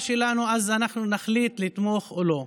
שלנו אז אנחנו נחליט אם לתמוך או לא.